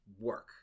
work